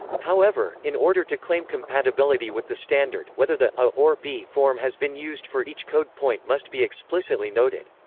however, in order to claim compatibility with the standard, whether the a or b form has been used for each code point must be explicitly noted.